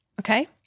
Okay